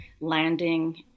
landing